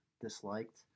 disliked